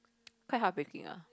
quite heart breaking ah